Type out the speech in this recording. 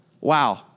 Wow